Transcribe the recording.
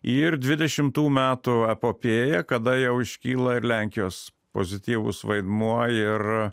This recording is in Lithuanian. ir dvidešimtų metų epopėja kada jau iškyla ir lenkijos pozityvus vaidmuo ir